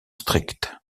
strictes